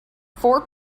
four